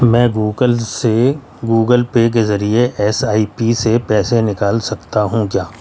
میں گوگل سے Google Pay کے ذریعے ایس آئی پی سے پیسے نکال سکتا ہوں کیا